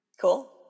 Cool